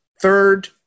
Third